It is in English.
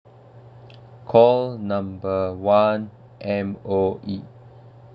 call number one M_O_E